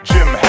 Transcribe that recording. Jim